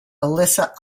elisa